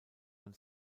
man